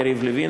יריב לוין,